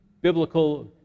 biblical